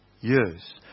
years